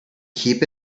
keep